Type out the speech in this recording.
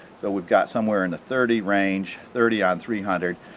so we've got somewhere in the thirty range thirty on three hundred,